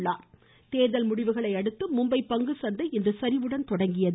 தேர்தல் பங்குச்சந்தை தேர்தல் முடிவுகளையடுத்து மும்பை பங்குச்சந்தை இன்று சரிவுடன் தொடங்கியது